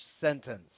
sentence